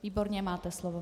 Výborně, máte slovo.